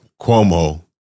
Cuomo